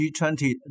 G20